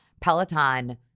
Peloton